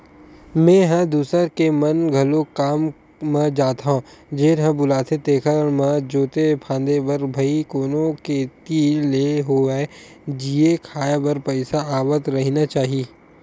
मेंहा दूसर के म घलोक काम म जाथो जेन ह बुलाथे तेखर म जोते फांदे बर भई कोनो कोती ले होवय जीए खांए बर पइसा आवत रहिना चाही